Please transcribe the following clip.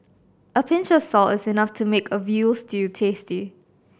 a pinch of salt is enough to make a veal stew tasty